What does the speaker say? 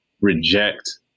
reject